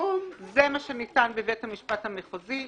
זה מה שניתן בבית המשפט המחוזי.